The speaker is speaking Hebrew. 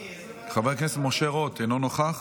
חבר הכנסת משה רוט, אינו נוכח.